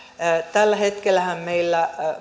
tällä hetkellähän meillä